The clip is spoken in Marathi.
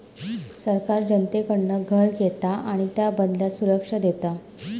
सरकार जनतेकडना कर घेता आणि त्याबदल्यात सुरक्षा देता